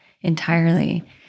entirely